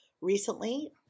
recently